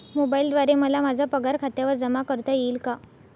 मोबाईलद्वारे मला माझा पगार खात्यावर जमा करता येईल का?